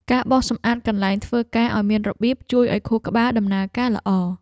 ការបោសសម្អាតកន្លែងធ្វើការឱ្យមានរបៀប ជួយឱ្យខួរក្បាលដំណើរការល្អ។